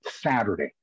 Saturday